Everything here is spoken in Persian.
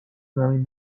زمین